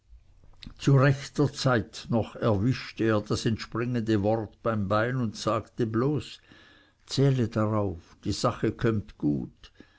zu rechter zeit noch erwischte er das entspringende wort beim bein und sagte bloß zähle darauf die sache kömmt gut